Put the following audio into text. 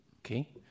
Okay